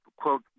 quote